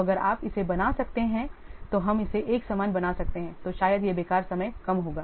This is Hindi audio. तो अगर आप इसे बना सकते हैं तो हम इसे एक समान बना सकते हैं तो शायद यह बेकार समय कम होगा